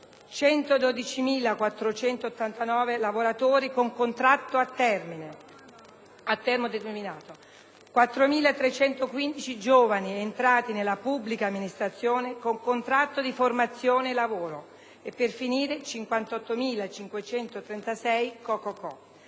112.489 lavoratori con contratto a tempo determinato, 4.315 giovani entrati nella pubblica amministrazione con contratto di formazione lavoro e, per finire, 58.536 con contratto